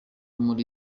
muri